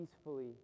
peacefully